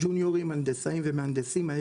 ג'וניורים, הנדסאים ומהנדסים.